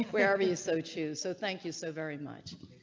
where are you? so choose. so thank you. so very much.